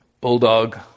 Bulldog